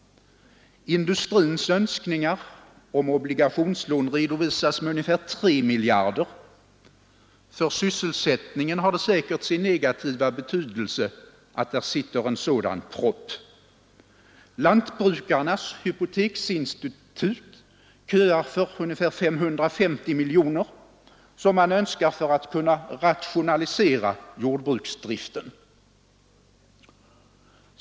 Industrins önskningar om obligationslån redovisas med ungefär 3 miljarder. För sysselsättningen har det säkert sin negativa betydelse att det sitter en sådan propp. Lantbrukarnas hypoteksinstitut köar för ca 550 miljoner som man önskar för att kunna rationalisera jordbruksdriften.